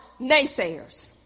naysayers